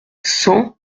cent